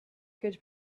could